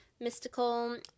mystical